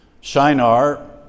Shinar